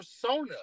persona